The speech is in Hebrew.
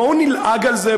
בואו נלעג על זה,